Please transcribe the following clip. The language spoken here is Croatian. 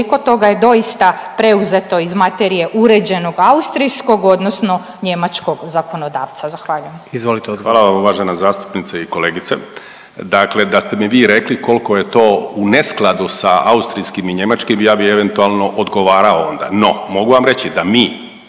koliko toga je doista preuzeto iz materije uređenog austrijskog, odnosno njemačkog zakonodavca. Zahvaljujem. **Jandroković, Gordan (HDZ)** Izvolite. **Martinović, Juro** Hvala vam uvažena zastupnice i kolegice. Dakle, da ste mi rekli koliko je to u neskladu sa austrijskim i njemačkim ja bih eventualno odgovarao onda. No, mogu vam reći da mi